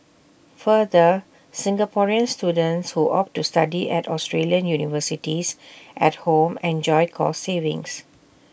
further Singaporean students who opt to study at Australian universities at home enjoy cost savings